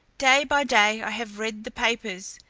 day by day i have read the papers.